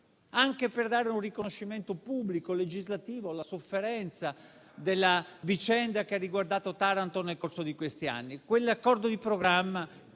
anche per dare un riconoscimento pubblico legislativo alla sofferenza della vicenda che ha riguardato Taranto nel corso di questi anni. Ma quell'accordo di programma,